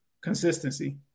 consistency